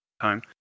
time